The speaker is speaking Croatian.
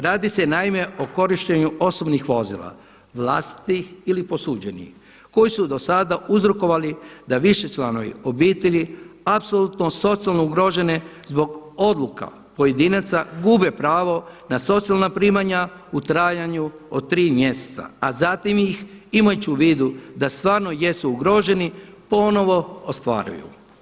Radi se naime o korištenju osobnih vozila, vlastitih ili posuđenih koji su do sada uzrokovali da višečlanoj obitelji apsolutno socijalno ugrožene zbog odluka pojedinaca gube pravo na socijalna primanja u trajanju od tri mjeseca, a zatim ih imajući u vidu da stvarno jesu ugroženi ponovo ostvaruju.